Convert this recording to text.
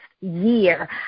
year